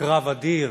אדיר